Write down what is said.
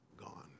gone